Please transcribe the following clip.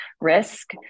risk